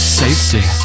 safety